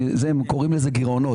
הם קוראים לזה גירעונות,